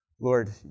Lord